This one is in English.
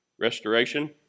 Restoration